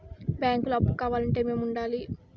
బ్యాంకులో అప్పు కావాలంటే ఏమేమి ఉండాలి?